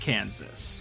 Kansas